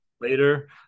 later